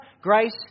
Grace